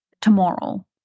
tomorrow